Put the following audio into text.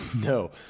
No